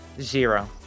Zero